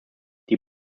die